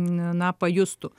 na pajustų